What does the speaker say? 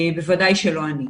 בוודאי שלא אני.